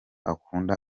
akunda